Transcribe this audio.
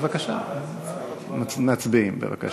בבקשה, מצביעים.